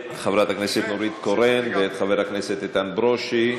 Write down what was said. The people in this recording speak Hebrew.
את חברת הכנסת נורית קורן ואת חבר הכנסת איתן ברושי.